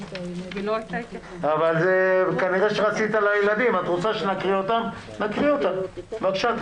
את רוצה שנקריא אז נקריא.